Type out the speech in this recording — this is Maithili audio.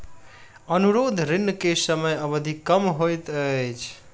अनुरोध ऋण के समय अवधि कम होइत अछि